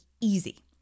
easy